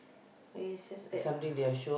well it's just that lah